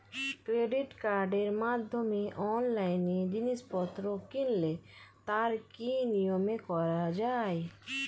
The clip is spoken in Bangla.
ক্রেডিট কার্ডের মাধ্যমে অনলাইনে জিনিসপত্র কিনলে তার কি নিয়মে করা যায়?